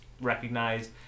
recognize